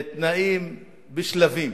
תנאים בשלבים,